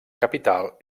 capital